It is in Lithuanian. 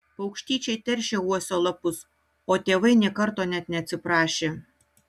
paukštyčiai teršė uosio lapus o tėvai nė karto net neatsiprašė